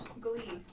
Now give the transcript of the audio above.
Glee